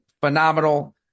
phenomenal